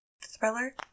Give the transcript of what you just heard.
thriller